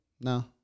no